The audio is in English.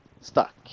stuck